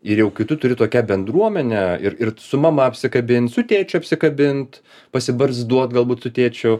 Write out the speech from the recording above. ir jau kai tu turi tokią bendruomenę ir ir su mama apsikabint su tėčiu apsikabint pasibarzduot galbūt su tėčiu